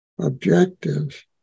objectives